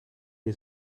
dei